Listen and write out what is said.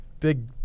big